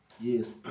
Yes